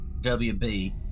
WB